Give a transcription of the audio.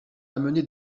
amené